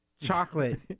chocolate